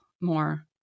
more